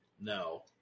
No